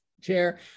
chair